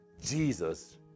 Jesus